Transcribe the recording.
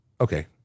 Okay